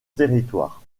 territoire